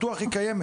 בטוח היא קיימת,